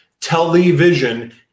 Television